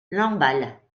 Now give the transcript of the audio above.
lamballe